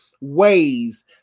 ways